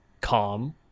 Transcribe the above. calm